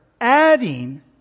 adding